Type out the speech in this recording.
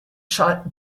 shot